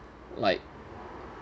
like